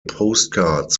postcards